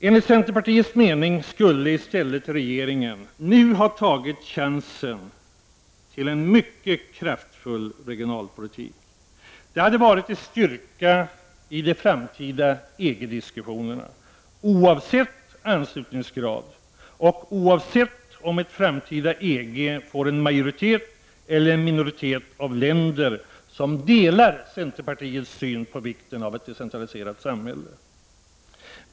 Enligt centerpartiets mening skulle regeringen i stället ha tagit chansen till en mycket kraftfull regionalpolitik. Det hade varit en styrka i de framtida EG-diskussionerna, oavsett anslutningsgrad och oavsett om ett framtida EG får en majoritet eller en minoritet av länder som delar centerpartiets syn på vikten av ett decentraliserat samhälle.